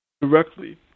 directly